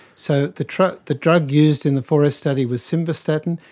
so the drug the drug used in the four s study was simvastatin,